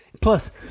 plus